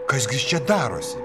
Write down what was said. kas gi čia darosi